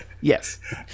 Yes